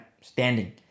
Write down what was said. standing